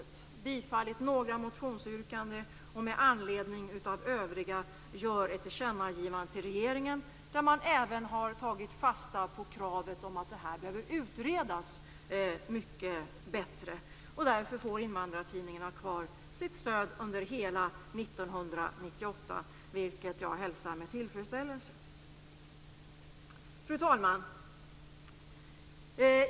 Det har tillstyrkt några motionsyrkanden, och med anledning av övriga gör utskottet ett tillkännagivande till regeringen där man även har tagit fasta på kravet att detta behöver utredas mycket bättre. Därför får Invandrartidningen ha kvar sitt stöd under hela 1998, vilket jag hälsar med tillfredsställelse. Fru talman!